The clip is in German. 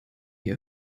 die